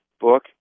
book